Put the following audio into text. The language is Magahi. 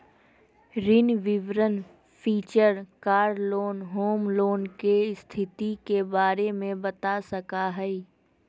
ऋण विवरण feature car loan, home loan, के स्थिति के बारे में बता सका हइ